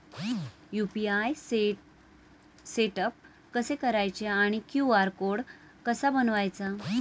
UPI setup कसे करायचे आणि क्यू.आर कोड कसा बनवायचा?